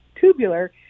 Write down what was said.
tubular